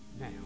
now